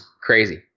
crazy